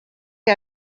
que